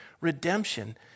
redemption